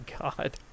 god